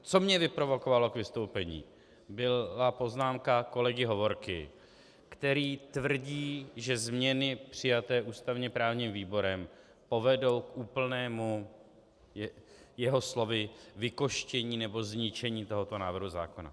Co mě vyprovokovalo k vystoupení, byla poznámka kolegy Hovorky, který tvrdí, že změny přijaté ústavněprávním výborem povedou k úplnému jeho slovy vykostění nebo zničení tohoto návrhu zákona.